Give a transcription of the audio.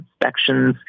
inspections